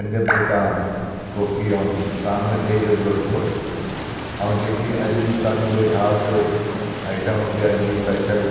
पंज प्लेटां कोकी ऐं साण में ॾही ज़रूरु रखिजो ऐं जेकी अॼु जी तव्हांजी कोई ख़ासि आईटम हुजे अॼु जी स्पेशल